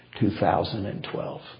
2012